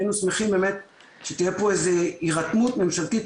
והיינו שמחים שתהיה פה איזו הירתמות ממשלתית